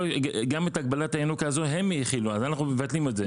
גם את הגנת הינוקא הזאת הם החילו אז אנחנו מבטלים את זה.